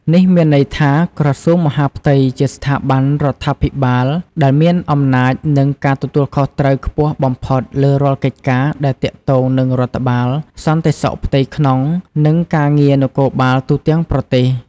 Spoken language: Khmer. នេះមានន័យថា ក្រសួងមហាផ្ទៃជាស្ថាប័នរដ្ឋាភិបាលដែលមានអំណាចនិងការទទួលខុសត្រូវខ្ពស់បំផុតលើរាល់កិច្ចការដែលទាក់ទងនឹងរដ្ឋបាល សន្តិសុខផ្ទៃក្នុង និងការងារនគរបាលទូទាំងប្រទេស។